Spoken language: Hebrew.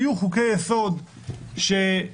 יהיו חוקי יסוד שיהיו